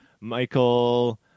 Michael